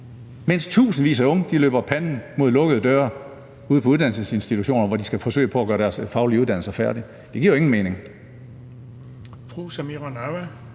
mens tusindvis af unge løber panden mod lukkede døre ude på uddannelsesinstitutioner, hvor de skal forsøge at gøre deres faglige uddannelser færdige? Det giver jo ingen mening.